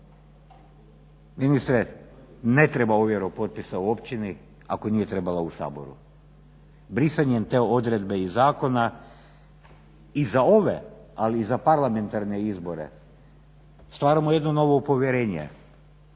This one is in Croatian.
Ministre ne treba ovjera potpisa u općini ako nije trebala u Saboru. Brisanjem te odredbe iz zakona i za ove ali i za parlamentarne izbore stvaramo jedno novo povjerenje